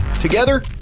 together